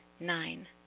Nine